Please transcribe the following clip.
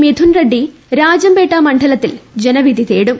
മിഥുൻ റെഡ്സി രാജംപേട്ട മണ്ഡലത്തിൽ ജനവിധി തേടും